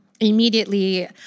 Immediately